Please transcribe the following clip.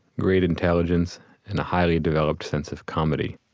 great intelligence and a highly developed sense of comedy.